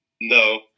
No